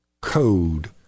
code